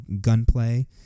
gunplay